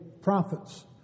prophets